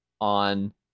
on